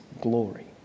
glory